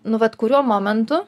nu vat kuriuo momentu